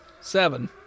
Seven